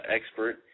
expert